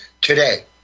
today